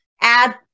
add